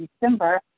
December